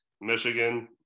Michigan